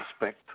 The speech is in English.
respect